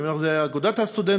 אני אומר שזה היה אגודת הסטודנטים,